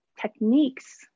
techniques